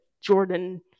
jordan